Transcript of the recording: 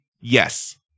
Yes